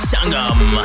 Sangam